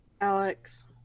Alex